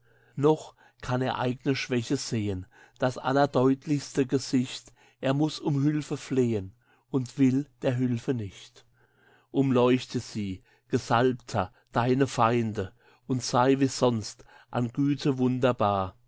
noch kann er eigne schwäche sehen das allerdeutlichste gesicht er muß um hülfe flehen und will der hülfe nicht umleuchte sie gesalbter deine feinde und sei wie sonst an güte wunderbar